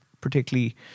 particularly